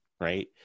right